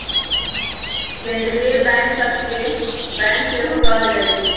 केंद्रीय बैंक के बैंक सभ के बैंक सेहो कहल जाइ छइ